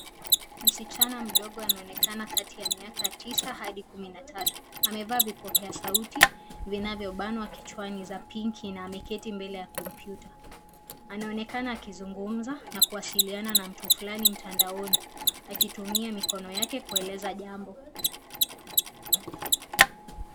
Msichana mdogo anaonekana kati ya miaka tisa hadi kumi na tatu. Amevaa vipokea sauti zinazobanwa kichwani za pinki na ameketi mbele ya kompyuta. Anaonekana akizugumza na kuwasiliana na mtu fulani mtandaoni akitumia mikono yake kueleza jambo.